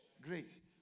Great